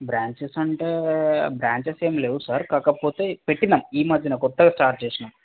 branches అంటే branches ఏమి లేవు సార్ కాకపోతే పెట్టినాం ఈ మధ్య కొత్తగా స్టార్ట్ చేసినాం